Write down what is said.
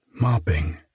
mopping